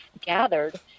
gathered